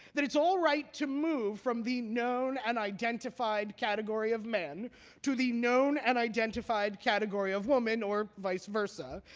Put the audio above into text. that it's all right to move from the known and identified category of man to the known and identified category of woman or vice versa,